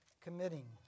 committing